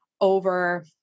over